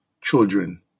children